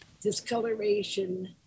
discoloration